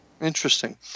Interesting